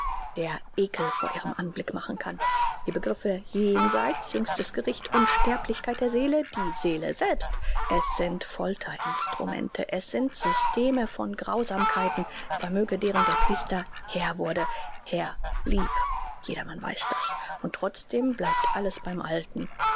der ekel vor ihrem anblick machen kann die begriffe jenseits jüngstes gericht unsterblichkeit der seele die seele selbst es sind folter instrumente es sind systeme von grausamkeiten vermöge deren der priester herr wurde herr blieb jedermann weiß das und trotzdem bleibt alles beim alten